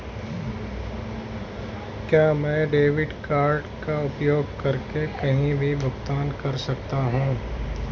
क्या मैं debit card का उपयोग करके कहीं भी भुगतान कर सकता हूं?